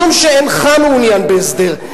משום שאינך מעוניין בהסדר,